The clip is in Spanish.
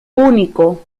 único